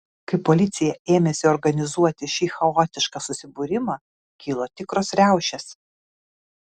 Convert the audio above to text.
kai policija ėmėsi organizuoti šį chaotišką susibūrimą kilo tikros riaušės